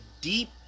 deep